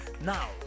Now